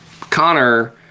Connor